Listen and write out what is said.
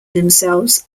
themselves